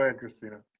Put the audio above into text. ah kristina.